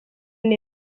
neza